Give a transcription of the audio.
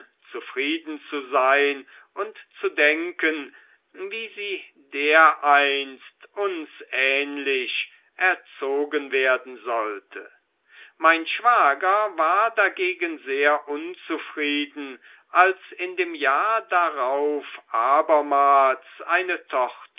zufrieden zu sein und zu denken wie sie dereinst uns ähnlich erzogen werden sollte mein schwager war dagegen sehr unzufrieden als in dem jahr darauf abermals eine tochter